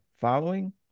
following